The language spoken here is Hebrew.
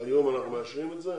היום אנחנו מאשרים את זה,